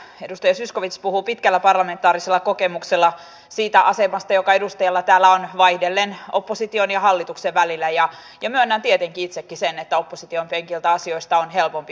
edustaja zyskowicz puhui pitkällä parlamentaarisella kokemuksella siitä asemasta joka edustajalla täällä on vaihdellen opposition ja hallituksen välillä ja myönnän tietenkin itsekin sen että opposition penkiltä asioista on helpompi huudella